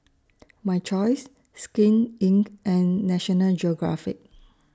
My Choice Skin Inc and National Geographic